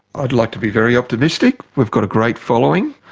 i'd like to be very optimistic. we've got a great following.